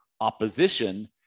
opposition